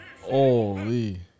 Holy